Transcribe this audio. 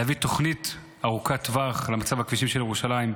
להביא תוכנית ארוכת טווח למצב הכבישים של ירושלים,